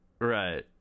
Right